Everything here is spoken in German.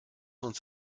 uns